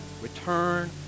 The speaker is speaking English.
return